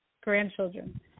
grandchildren